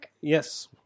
Yes